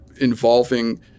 involving